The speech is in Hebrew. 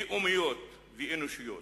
לאומיים ואנושיים.